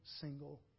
single